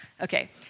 Okay